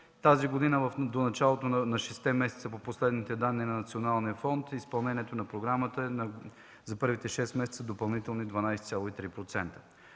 Тази година от началото, за шест месеца, по последни данни на Националния фонд, изпълнението на програмата за първите шест месеца е с допълнително 12 ,3%.